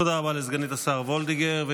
תודה רבה לסגנית השר וולדיגר.